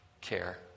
care